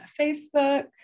Facebook